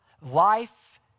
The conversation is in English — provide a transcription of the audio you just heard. Life